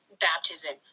baptism